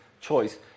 choice